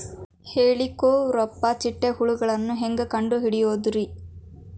ಹೇಳಿಕೋವಪ್ರ ಚಿಟ್ಟೆ ಹುಳುಗಳನ್ನು ಹೆಂಗ್ ಕಂಡು ಹಿಡಿಯುದುರಿ?